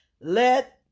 Let